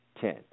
ten